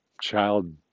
child